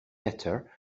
better